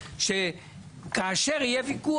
גם מהקואליציה וגם